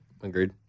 Agreed